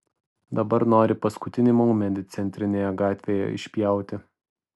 dabar nori paskutinį maumedį centrinėje gatvėje išpjauti